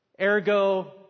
Ergo